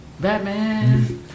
Batman